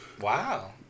Wow